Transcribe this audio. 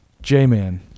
J-Man